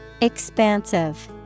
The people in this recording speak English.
Expansive